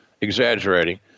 exaggerating